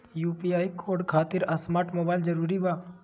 UPI code खातिर smart mobile जरूरी बा?